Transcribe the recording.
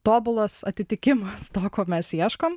tobulas atitikimas to ko mes ieškom